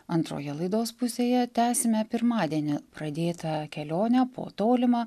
antroje laidos pusėje tęsime pirmadienį pradėtą kelionę po tolimą